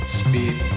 speed